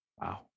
Wow